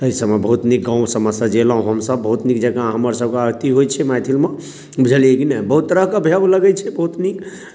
एहिसभमे बहुत नीक गाँवओ सभमे सजेलहुँ हमसभ बहुत नीक जँका हमरसभके अथी होइ छै मैथिलमे बुझलियै कि नै बहुत तरहक भव्य लगैत छै बहुत नीक